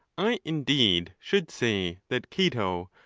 i indeed should say that cato,